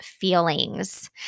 feelings